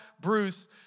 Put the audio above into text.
Bruce